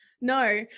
no